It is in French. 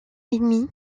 ennemis